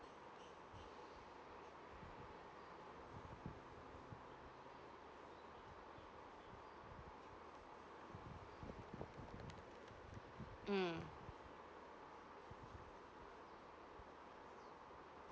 hmm